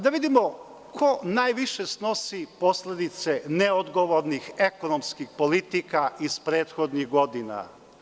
Da vidimo ko najviše snosi posledice neodgovornih ekonomskih politika iz prethodnih godina?